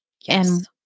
Yes